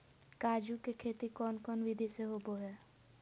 काजू के खेती कौन कौन विधि से होबो हय?